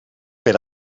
per